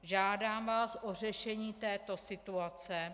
Žádám vás o řešení této situace.